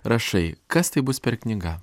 rašai kas tai bus per knyga